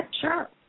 Sure